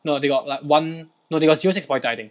no they got like one no they got zero six pointer I think